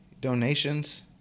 donations